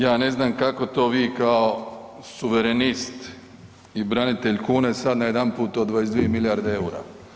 Ja ne znam kako to vi kao suverenist i branitelj kune, sad najedanput o 22 milijarde eura.